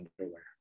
underwear